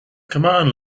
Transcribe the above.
command